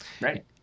Right